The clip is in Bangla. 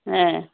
হ্যাঁ